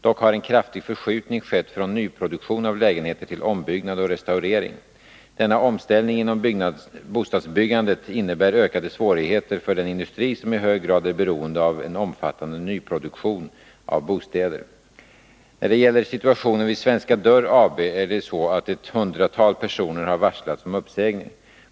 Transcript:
Dock har en kraftig förskjutning skett från nyproduktion av lägenheter till ombyggnad och restaurering. Denna omställning inom bostadsbyggandet innebär ökade svårigheter för den industri som i hög grad är beroende av en omfattande nyproduktion av bostäder. När det gäller situationen vid Svenska Dörr AB är det så att ett hundratal personer har varslats om uppsägning.